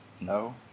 No